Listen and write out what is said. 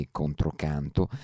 controcanto